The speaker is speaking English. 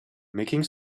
making